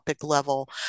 level